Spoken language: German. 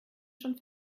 schon